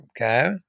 okay